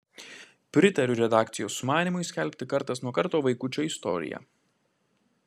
pritariu redakcijos sumanymui skelbti kartas nuo karto vaikučio istoriją